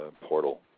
portal